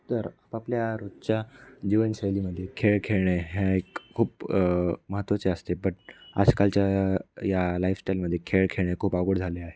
तर आपल्या रोजच्या जीवनशैलीमध्ये खेळ खेळणे ह्या एक खूप महत्त्वाचे असते बट आजकालच्या या या लाईफस्टाईलमध्ये खेळ खेळणे खूप अवघड झाले आहे